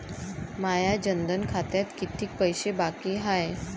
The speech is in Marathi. माया जनधन खात्यात कितीक पैसे बाकी हाय?